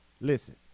listen